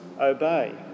obey